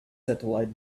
satellite